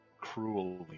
cruelly